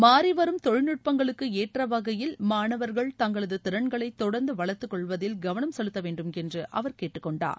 மாறிவரும் தொழில்நுட்பங்களுக்கு ஏற்றவகையில் மாணவர்கள் தங்களது திறன்களை தொடர்ந்து வளர்த்துக்கொள்வதில் கவனம் செலுத்தவேண்டும் என்று அவர் கேட்டுக்கொண்டார்